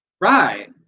Right